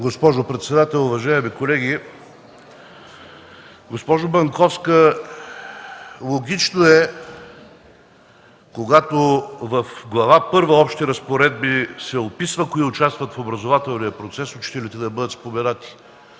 Госпожо председател, уважаеми колеги! Госпожо Банковска, логично е, когато в Глава първа „Общи разпоредби” се описва кои участват в образователния процес, учителите да бъдат споменати.